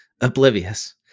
Oblivious